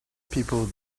people